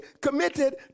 committed